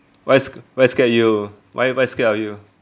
why sc~ why scared you why why scared of you